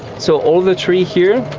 so all the trees here,